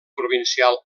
provincial